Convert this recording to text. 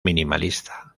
minimalista